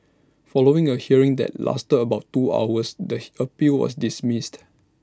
following A hearing that lasted about two hours the appeal was dismissed